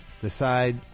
decide